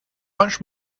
much